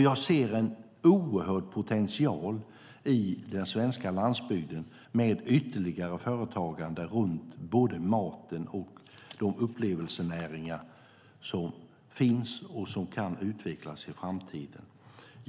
Jag ser en oerhörd potential i den svenska landsbygden med ytterligare företagande runt både maten och de upplevelsenäringar som finns och som kan utvecklas för framtiden.